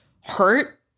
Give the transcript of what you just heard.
hurt